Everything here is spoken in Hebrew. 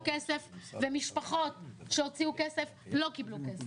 כסף ומשפחות שהוציאו כסף לא קיבלו כסף.